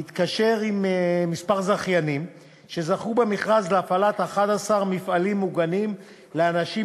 התקשר עם כמה זכיינים שזכו במכרז להפעלת 11 מפעלים מוגנים לאנשים